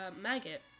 maggot